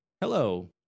Hello